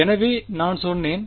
எனவே நான் சொன்னேன்